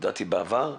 הודיתי בעבר,